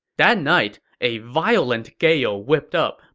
that night, a violent gale whipped up,